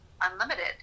unlimited